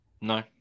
no